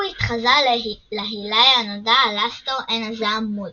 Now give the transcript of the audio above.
הוא התחזה להילאי הנודע אלאסטור "עין הזעם" מודי,